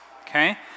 okay